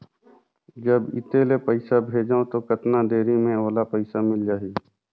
जब इत्ते ले पइसा भेजवं तो कतना देरी मे ओला पइसा मिल जाही?